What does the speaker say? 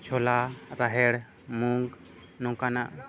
ᱪᱷᱚᱞᱟ ᱨᱟᱦᱮᱲ ᱢᱩᱜᱽ ᱱᱚᱝᱠᱥᱱᱟᱜ